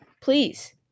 please